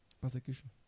Persecution